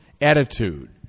attitude